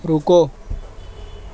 رکو